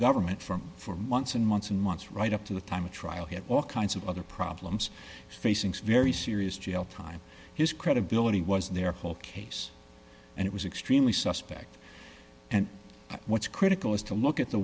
government for for months and months and months right up to the time of trial had all kinds of other problems facing some very serious jail time his credibility was their whole case and it was extremely suspect and what's critical is to look at the